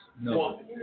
No